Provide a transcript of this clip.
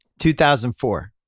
2004